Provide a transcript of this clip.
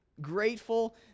grateful